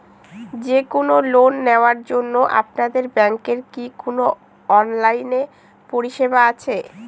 যে কোন লোন নেওয়ার জন্য আপনাদের ব্যাঙ্কের কি কোন অনলাইনে পরিষেবা আছে?